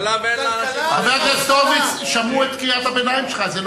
הכלכלה מצוינת, אבל האנשים מרוששים.